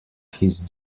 his